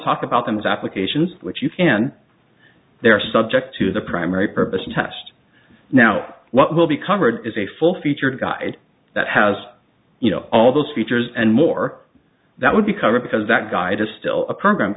talk about them is applications which you can they're subject to the primary purpose test now what will be covered is a full featured guide that has you know all those features and more that would be covered because that guy does still a program